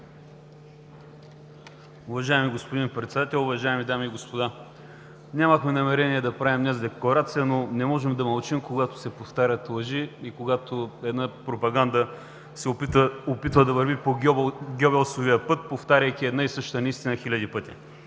Уважаеми господин Председател, уважаеми дами и господа! Нямахме намерение да правим днес декларация, но не можем да мълчим, когато се повтарят лъжи и когато една пропаганда опитва да върви по Гьобелсовия път, повтаряйки една и съща неистина хиляди пъти,